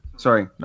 Sorry